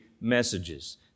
messages